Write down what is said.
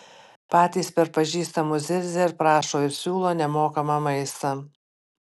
patys per pažįstamus zirzia ir prašo ir siūlo nemokamą maistą